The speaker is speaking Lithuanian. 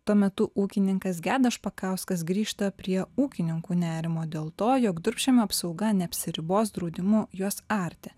tuo metu ūkininkas gedas špakauskas grįžta prie ūkininkų nerimo dėl to jog durpžemio apsauga neapsiribos draudimu juos arti